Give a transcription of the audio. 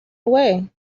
away